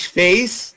face